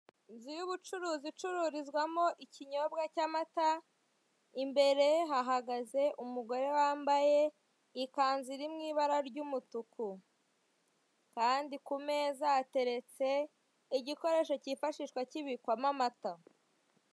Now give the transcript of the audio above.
Inzu y'ubucuruzi icururizwamo ikinyobwa cy'amata, imbere hahagaze umugore wambaye ikanzu iri mu ibara ry'umutuku. Kandi ku meza hateretse igikoresho cyifashishwa kibikwamo amata.